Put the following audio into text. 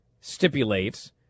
stipulates